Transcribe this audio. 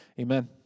Amen